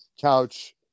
couch